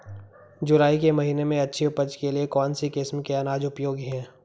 जुलाई के महीने में अच्छी उपज के लिए कौन सी किस्म के अनाज उपयोगी हैं?